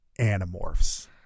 Animorphs